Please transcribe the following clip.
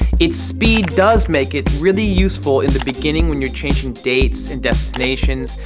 its speed does make it really useful in the beginning when you're changing dates and destinations.